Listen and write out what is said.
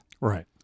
Right